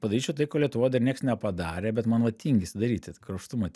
padaryčiau taip ko lietuvoj dar nieks nepadarė bet man va tingisi daryti kruopštumo